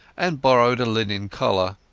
and borrowed a linen collar.